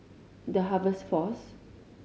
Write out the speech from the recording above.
The Harvest Force